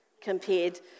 compared